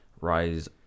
rise